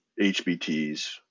HBTs